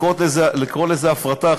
לקרוא לזה הפרטה,